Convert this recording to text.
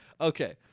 Okay